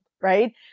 right